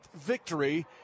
victory